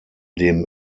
dem